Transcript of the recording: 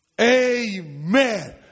Amen